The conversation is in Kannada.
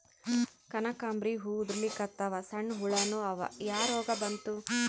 ಕನಕಾಂಬ್ರಿ ಹೂ ಉದ್ರಲಿಕತ್ತಾವ, ಸಣ್ಣ ಹುಳಾನೂ ಅವಾ, ಯಾ ರೋಗಾ ಬಂತು?